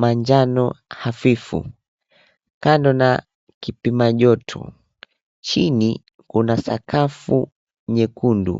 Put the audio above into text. manjano hafifu kando na kipima joto. Chini kuna sakafu nyekundu.